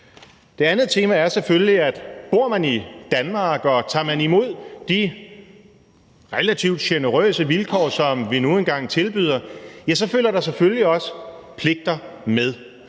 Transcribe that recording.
Det andet tema er selvfølgelig, at bor man i Danmark, og tager man imod de relativt generøse vilkår, som vi nu engang tilbyder, følger der selvfølgelig også pligter med,